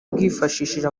bwifashishije